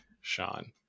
Sean